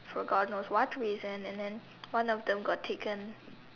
for God knows what reason and then one of them got taken